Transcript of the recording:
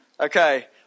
Okay